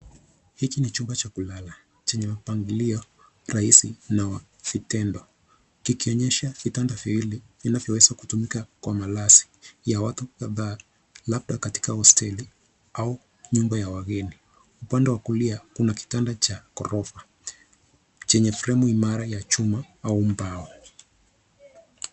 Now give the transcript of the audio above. Hiki ni chumba cha kulala chenye mpangilio rahisi na wa vitendo vikionyesha vitanda viwili vinavyoweza kutumika kwa malazi ya watu kadhaa labda katika hosteli au nyumba ya wageni. Upande wa kulia, kuna kitanda cha gorofa chenye fremu imara ya chuma au mbao.